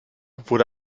wurde